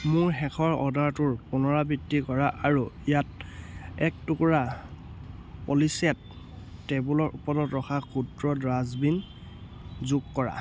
মোৰ শেষৰ অৰ্ডাৰটোৰ পুনৰাবৃত্তি কৰা আৰু ইয়াত এক টুকুৰা পলিচেট টেবুলৰ ওপৰত ৰখা ক্ষুদ্ৰ ডাষ্টবিন যোগ কৰা